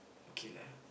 okay lah